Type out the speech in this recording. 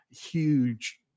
huge